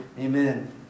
Amen